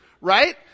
right